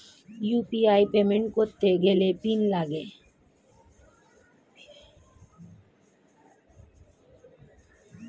UPI payment করতে গেলে PIN লাগে